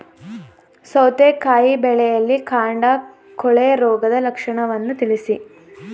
ಸೌತೆಕಾಯಿ ಬೆಳೆಯಲ್ಲಿ ಕಾಂಡ ಕೊಳೆ ರೋಗದ ಲಕ್ಷಣವನ್ನು ತಿಳಿಸಿ?